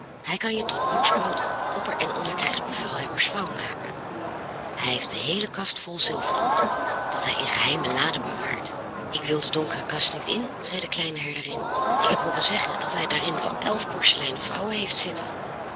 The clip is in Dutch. hij kan je tot bokspoot opper en onder krijgsbevelhebbersvrouw maken hij heeft de heele kast vol zilvergoed dat hij in geheime laden bewaart ik wil de donkere kast niet in zei de kleine herderin ik heb hooren zeggen dat hij daarin wel elf porseleinen vrouwen heeft zitten